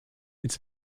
its